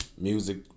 Music